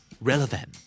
Relevant